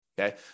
okay